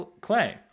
clay